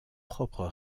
propres